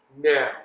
Now